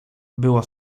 było